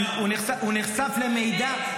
הוא נחשף למידע.